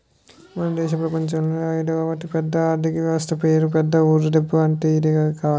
మన దేశం ప్రపంచంలోనే అయిదవ అతిపెద్ద ఆర్థిక వ్యవస్థట పేరు పెద్ద ఊరు దిబ్బ అంటే ఇదే కావాల